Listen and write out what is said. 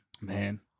man